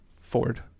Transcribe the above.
Ford